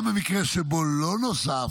גם במקרה שבו לא נוסף